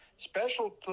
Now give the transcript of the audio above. Special